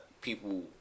people